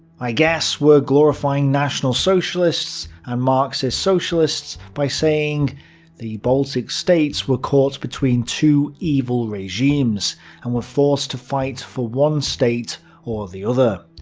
i guess we're glorifying national socialists and marxist-socialists by saying the baltic states were caught between two evil regimes and were forced to fight for one state or the other.